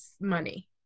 money